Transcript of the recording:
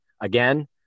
again